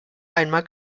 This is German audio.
einmal